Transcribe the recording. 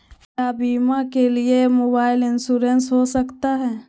क्या बीमा के लिए मोबाइल इंश्योरेंस हो सकता है?